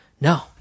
No